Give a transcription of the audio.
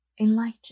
enlightened